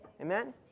Amen